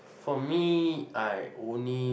for me I only